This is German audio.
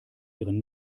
ihren